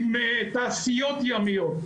עם תעשיות ימיות.